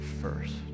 first